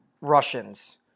Russians